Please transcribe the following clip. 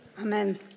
Amen